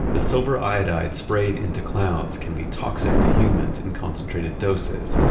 the silver iodide sprayed into clouds can be toxic to humans in concentrated doses,